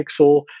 pixel